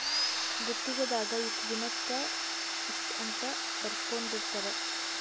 ಗುತ್ತಿಗೆ ದಾಗ ಇಷ್ಟ ದಿನಕ ಇಷ್ಟ ಅಂತ ಬರ್ಸ್ಕೊಂದಿರ್ತರ